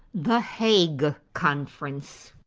the hague conference.